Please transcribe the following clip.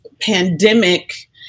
pandemic